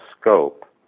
scope